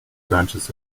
branches